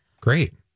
great